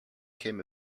came